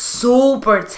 super